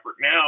Now